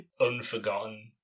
Unforgotten